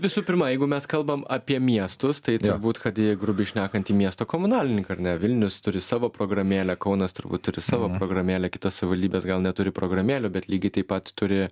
visų pirma jeigu mes kalbam apie miestus tai turbūt kad jei grubiai šnekant į miesto komunalininką ar ne vilnius turi savo programėlę kaunas turbūt turi savo programėlę kitos savivaldybės gal neturi programėlių bet lygiai taip pat turi